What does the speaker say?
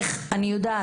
לגבי השכר,